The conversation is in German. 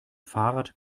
fahrrad